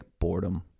boredom